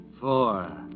four